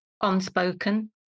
unspoken